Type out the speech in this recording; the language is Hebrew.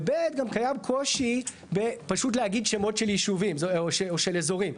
ו-ב' גם קיים קושי פשוט להגיד שמות של ישובים או של אזורים.